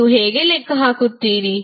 ನೀವು ಹೇಗೆ ಲೆಕ್ಕ ಹಾಕುತ್ತೀರಿ